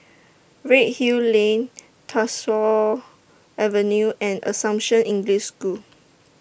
Redhill Lane Tyersall Avenue and Assumption English School